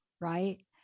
Right